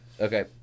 Okay